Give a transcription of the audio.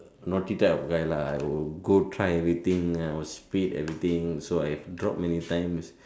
logic type of guy lah I will go try everything I will speed everything so I've drop many times